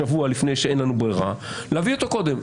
שבוע לפני שאין לנו ברירה להביא אותו קודם.